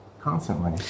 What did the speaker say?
constantly